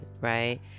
right